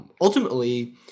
Ultimately